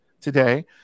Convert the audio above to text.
today